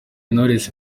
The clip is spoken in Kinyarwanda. knowless